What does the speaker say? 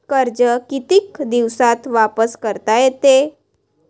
कर्ज कितीक दिवसात वापस करता येते?